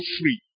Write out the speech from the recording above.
free